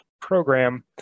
program